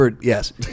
yes